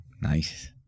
Nice